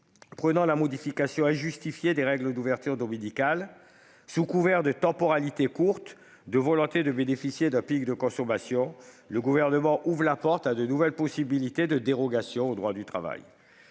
de la modification injustifiée des règles d'ouverture dominicale : sous prétexte d'une temporalité courte et de la volonté de bénéficier d'un pic de consommation, le Gouvernement ouvre la porte à de nouvelles dérogations au droit du travail.